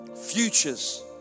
futures